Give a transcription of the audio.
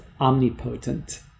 omnipotent